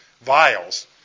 vials